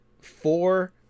four